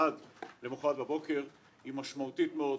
היא משמעותית מאוד.